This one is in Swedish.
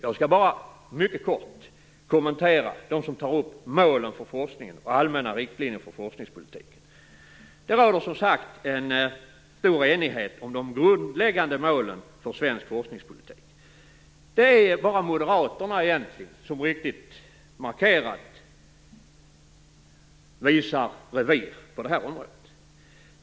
Jag skall bara mycket kort kommentera de reservationer där målen för forskningen och allmänna riktlinjer för forskningspolitiken tas upp. Det finns, som sagt var, en stor enighet om de grundläggande målen för svensk forskningspolitik. Det är bara Moderaterna som riktigt markerat visar revir på det här området.